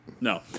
No